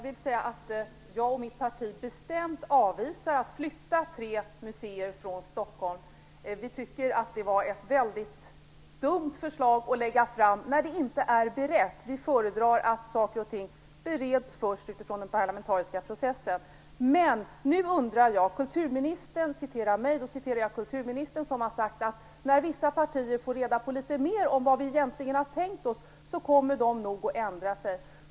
Fru talman! Jag och mitt parti avvisar bestämt att flytta tre museer från Stockholm. Vi tycker att det var väldigt dumt att lägga fram ett sådant förslag när det inte var berett. Vi föredrar att saker och ting först bereds i den parlamentariska processen. Kulturministern refererar mig, och då refererar jag kulturministern, som har sagt att när vissa partier får reda på litet mer om vad vi egentligen har tänkt oss kommer de nog att ändra sig.